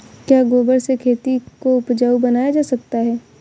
क्या गोबर से खेती को उपजाउ बनाया जा सकता है?